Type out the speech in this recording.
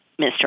Mr